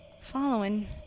following